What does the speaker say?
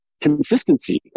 consistency